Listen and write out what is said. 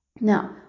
Now